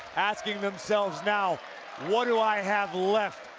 asking themselves now what do i have left?